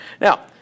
now